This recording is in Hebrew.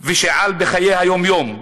ושעל בחיי היום-יום.